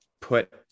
put